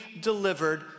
delivered